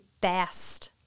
best